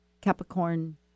Capricorn